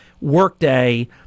workday